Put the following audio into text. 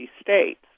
states